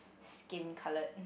skin coloured